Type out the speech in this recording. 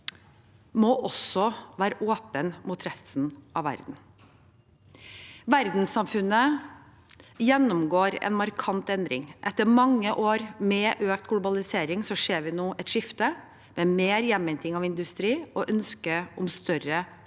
må også være åpent mot resten av verden. Verdenssamfunnet gjennomgår en markant endring. Etter mange år med økt globalisering ser vi nå et skifte med mer hjemhenting av industri og ønske om større kontroll